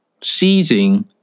seizing